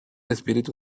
espíritu